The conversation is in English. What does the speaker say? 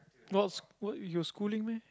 what's what you're schooling meh